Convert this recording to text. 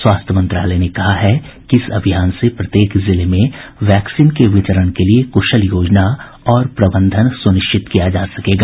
स्वास्थ्य मंत्रालय ने कहा है कि इस अभियान से प्रत्येक जिले में वैक्सीन के वितरण के लिए कृशल योजना और प्रबंधन सुनिश्चित किया जा सकेगा